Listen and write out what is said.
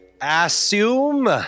assume